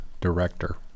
director